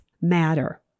matter